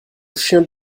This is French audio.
chien